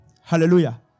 Hallelujah